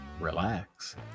relax